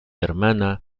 hermana